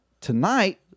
tonight